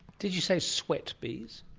did you say sweat bees?